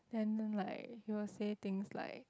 then like he will say things like